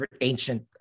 ancient